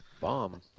bomb